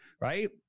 right